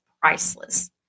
priceless